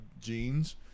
jeans